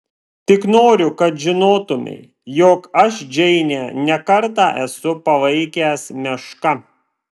tik noriu kad žinotumei jog aš džeinę ne kartą esu palaikęs meška